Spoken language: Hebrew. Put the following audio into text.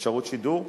אפשרות שידור,